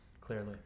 Clearly